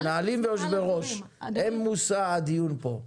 המנהלים ויושבי-הראש הם מושא הדיון פה.